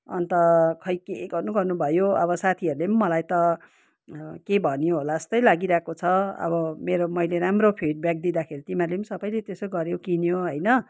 अन्त खै के गर्नु गर्नु भयो अब साथीहरूले पनि मलाई त के भन्यो होला जस्तै लागिरहेको छ अब मेरो मैले राम्रो फिडब्याक दिँदाखेरि तिमीहरूले पनि सबैले त्यसै गऱ्यो किन्यो होइन